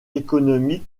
économique